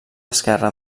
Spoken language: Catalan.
esquerra